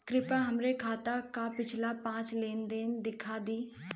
कृपया हमरे खाता क पिछला पांच लेन देन दिखा दी